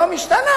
היום זה השתנה.